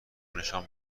نشان